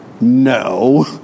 No